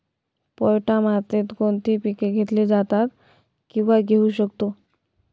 पोयटा मातीत कोणती पिके घेतली जातात, किंवा घेऊ शकतो?